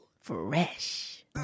Fresh